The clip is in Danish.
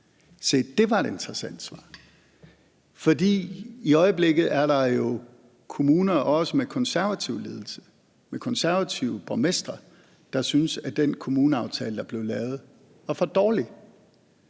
det var et interessant svar, for i øjeblikket er der jo kommuner også med konservativ ledelse, med konservative borgmestre, der synes, at den kommuneaftale, der blev lavet, var for dårlig.